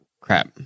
crap